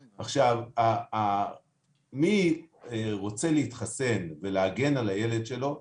עכשיו, מי רוצה להתחסן ולהגן על הילד שלו